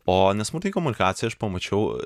o nesmurtinėj komunikacijoj aš pamačiau